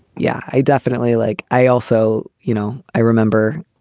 yeah, i definitely like i also you know, i remember,